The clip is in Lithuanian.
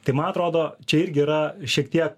tai man atrodo čia irgi yra šiek tiek